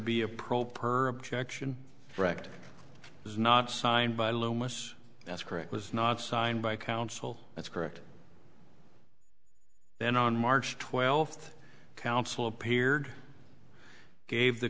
be a pro per objection direct is not signed by lois that's correct was not signed by counsel that's correct then on march twelfth counsel appeared gave the